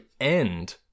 end